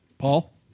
Paul